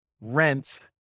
rent